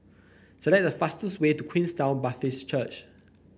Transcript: select the fastest way to Queenstown Baptist Church